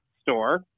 store